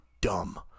dumb